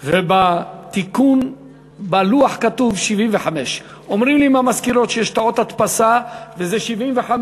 ובתיקון בלוח כתוב 75. אומרים לי מהמזכירות שיש טעות הדפסה וזה 75,